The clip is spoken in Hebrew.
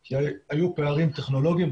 כי היו פערים טכנולוגים.